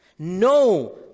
No